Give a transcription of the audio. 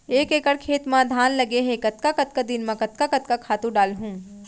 एक एकड़ खेत म धान लगे हे कतका कतका दिन म कतका कतका खातू डालहुँ?